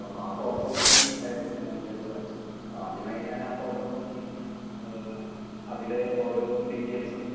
അപ്പോള് ആ ഫോട്ടോ നോക്കി ആയിരുന്നു ഞാൻ ഈ അടുത്ത് വരച്ചത് അപ്പോള് ആദ്യമായി ഞാൻ ആ ഫോട്ടോ നോക്കി അതിലെ ഓരോ ഡീറ്റെയ്ൽസും